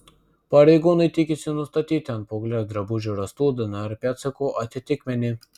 pareigūnai tikisi nustatyti ant paauglės drabužių rastų dnr pėdsakų atitikmenį